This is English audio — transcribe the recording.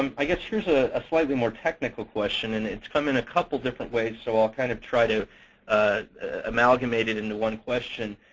um i guess here's ah a slightly more technical question. and it's come in a couple different ways, so i'll kind of try to amalgamate it into one question.